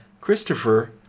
Christopher